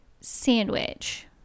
sandwich